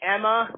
Emma